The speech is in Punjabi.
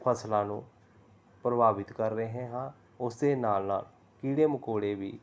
ਫਸਲਾਂ ਨੂੰ ਪ੍ਰਭਾਵਿਤ ਕਰ ਰਹੇ ਹਾਂ ਉਸਦੇ ਨਾਲ ਨਾਲ ਕੀੜੇ ਮਕੌੜੇ ਵੀ